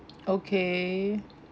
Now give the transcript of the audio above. okay